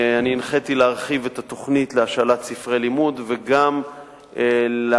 הנחיתי להרחיב את התוכנית להשאלת ספרי לימוד וגם להקפיד